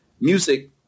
music